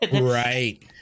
Right